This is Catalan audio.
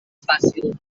fàcil